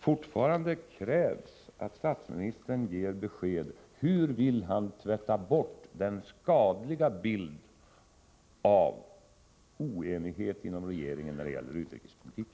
Fortfarande krävs att statsministern ger besked hur han vill tvätta bort den skadliga bilden av oenighet inom regeringen när det gäller utrikespolitik.